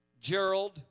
Gerald